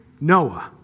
Noah